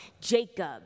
Jacob